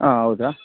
ಹಾಂ ಹೌದ